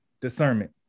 discernment